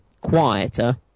quieter